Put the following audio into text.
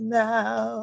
now